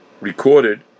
recorded